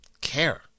care